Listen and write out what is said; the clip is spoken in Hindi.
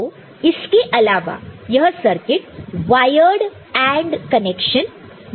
तो इसके अलावा यह सर्किट वायर्ड AND कनेक्शन भी दे सकता है